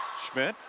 schmitt,